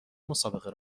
مسابقه